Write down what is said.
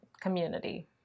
community